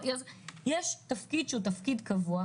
יש תפקיד קבוע.